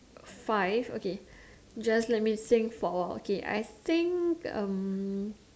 five okay just let me think for a while okay I think um